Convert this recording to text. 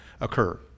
occur